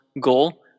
goal